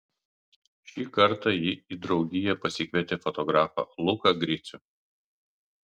šį kartą ji į draugiją pasikvietė fotografą luką gricių